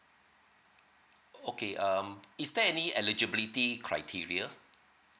o~ okay um is there any eligibility criteria